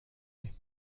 nés